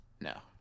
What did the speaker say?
No